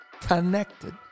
connected